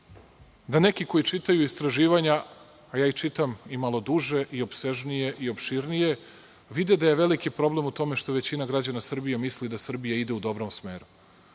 da neki koji čitaju istraživanja, a ja ih čitam i malo duže i opsežnije i opširnije, vide da je veliki problem u tome što većina građana Srbije misli da Srbija ide u dobrom smeru.